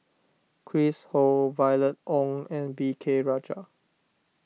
Chris Ho Violet Oon and V K Rajah